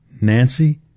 Nancy